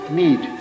need